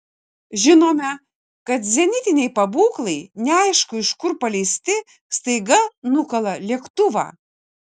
žinome kad zenitiniai pabūklai neaišku iš kur paleisti staiga nukala lėktuvą